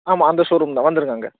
ஆமா அந்த showroom தான் வந்திடுங்க அங்கே